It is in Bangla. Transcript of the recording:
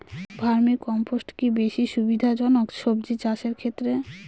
ভার্মি কম্পোষ্ট কি বেশী সুবিধা জনক সবজি চাষের ক্ষেত্রে?